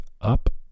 up